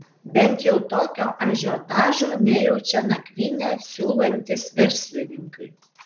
bent jau tokio ažiotažo nejaučia nakvynę siūlantys verslininkai